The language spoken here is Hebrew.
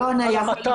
על המט"ש,